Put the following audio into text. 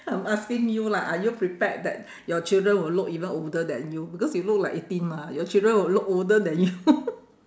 I'm asking you lah are you prepared that your children will look even older than you because you look like eighteen mah your children will look older than you